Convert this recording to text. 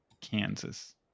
Kansas